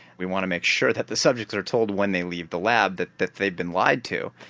we want to make sure that the subjects are told when they leave the lab that that they've been lied to.